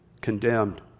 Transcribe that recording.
condemned